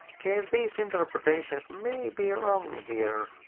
ok, these interpretations may be wrong here.